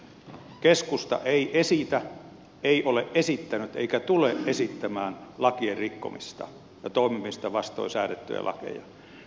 keskusta ei esitä ei ole esittänyt eikä tule esittämään lakien rikkomista ja toimimista vastoin säädettyjä lakeja